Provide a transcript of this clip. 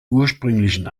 ursprünglichen